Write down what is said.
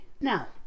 Now